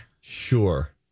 Sure